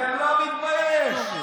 לא מתבייש.